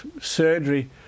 surgery